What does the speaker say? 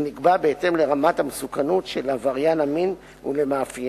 והוא נקבע בהתאם לרמת המסוכנות של עבריין המין ולמאפייניה.